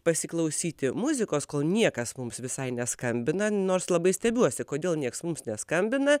pasiklausyti muzikos kol niekas mums visai neskambina nors labai stebiuosi kodėl niekas mums neskambina